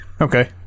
Okay